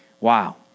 Wow